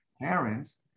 parents